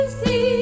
see